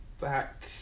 back